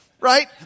right